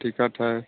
ticket है